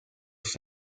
sus